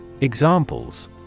Examples